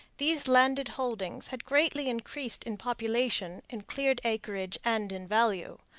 these landed holdings had greatly increased in population, in cleared acreage, and in value,